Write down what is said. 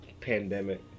pandemic